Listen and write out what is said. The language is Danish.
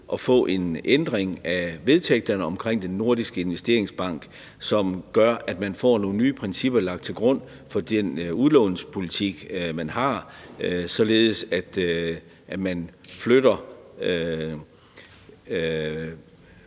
at få en ændring af vedtægterne omkring Den Nordiske Investeringsbank, som gør, at man får nogle nye principper lagt til grund for den udlånspolitik, man har, således at man flytter